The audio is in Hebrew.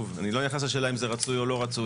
אני בכלל לא נכנס לשאלה אם זה רצוי או לא רצוי,